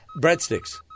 Breadsticks